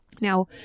Now